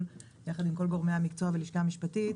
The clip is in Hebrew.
עוד שני תחומים בולטים: